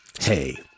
Hey